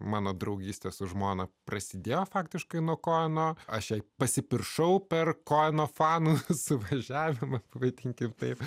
mano draugystė su žmona prasidėjo faktiškai nuo koeno aš jai pasipiršau koeno fanų suvažiavimas vadinkime taip